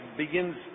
begins